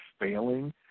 failing